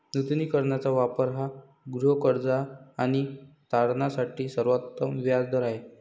नूतनीकरणाचा वापर हा गृहकर्ज आणि तारणासाठी सर्वोत्तम व्याज दर आहे